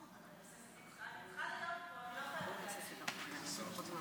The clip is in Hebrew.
אני צריכה להיות פה, אני לא חייבת להקשיב.